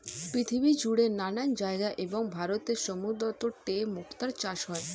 পৃথিবীজুড়ে নানা জায়গায় এবং ভারতের সমুদ্রতটে মুক্তার চাষ হয়